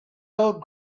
old